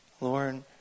Lord